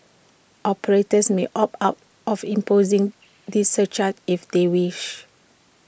operators may opt out of imposing this surcharge if they wish